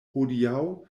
hodiaŭ